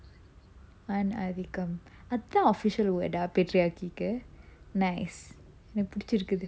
ஆணாதிக்கம் அத்தான்:aanathikkam athaan official word ah patriarchy கு:ku nice எனக்கு புடிச்சிருக்குது:enakku pudichirukkuthu